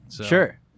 Sure